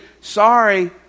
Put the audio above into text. sorry